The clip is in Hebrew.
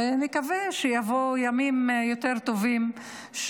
ונקווה שיבואו ימים יותר טובים,